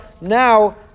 now